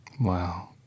Wow